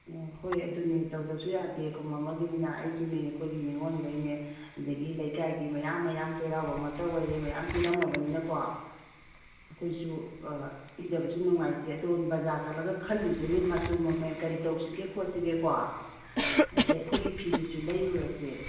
ꯑꯣ ꯍꯣꯏ ꯑꯗꯨꯅꯦ ꯇꯧꯗꯕꯁꯨ ꯌꯥꯗꯦ ꯀꯨꯝ ꯑꯃꯒꯤꯅꯤꯅ ꯑꯩꯁꯨꯅꯤ ꯑꯩꯈꯣꯏꯒꯤ ꯅꯤꯡꯉꯣꯜꯒꯩꯅꯦ ꯑꯗꯒꯤ ꯂꯩꯀꯥꯏꯒꯤ ꯃꯌꯥꯝ ꯃꯌꯥꯝ ꯆꯩꯔꯥꯎꯕ ꯃꯛꯇ ꯑꯣꯏꯔꯦ ꯃꯌꯥꯝ ꯄꯤꯔꯝꯂꯕꯅꯤꯅꯀꯣ ꯑꯩꯈꯣꯏꯁꯨ ꯄꯤꯗꯕꯁꯨ ꯅꯨꯡꯉꯥꯏꯇꯦ ꯑꯗꯨ ꯕꯖꯥꯔ ꯆꯠꯂꯒ ꯈꯜꯂꯨꯁꯤꯅꯦ ꯃꯆꯨ ꯃꯃꯦꯟ ꯀꯔꯤ ꯇꯧꯁꯤꯒꯦ ꯈꯣꯠꯁꯤꯒꯦꯀꯣ ꯑꯗꯒꯤ ꯑꯩꯈꯣꯏꯒꯤ ꯐꯤꯗꯨꯁꯨ ꯂꯩꯔꯨꯔꯁꯦ